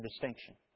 distinction